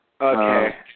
Okay